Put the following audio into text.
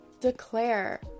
declare